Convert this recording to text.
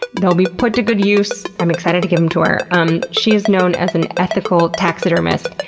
they'll be put to good use. i'm excited to give them to her. um she is known as an ethical taxidermist.